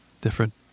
Different